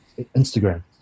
Instagram